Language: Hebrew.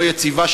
לא יציבה,